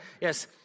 Yes